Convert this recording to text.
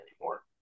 anymore